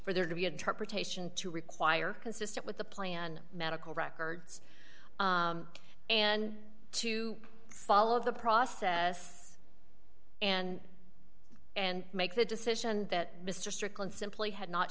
for there to be interpretation to require consistent with the plan medical records and to follow the process and and make the decision that mr strickland simply had not